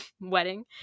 wedding